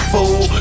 Fool